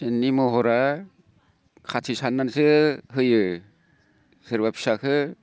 सेननि महरा खाथि साननानैसो होयो सोरबा फिसाखो